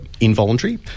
involuntary